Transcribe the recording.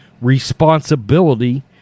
responsibility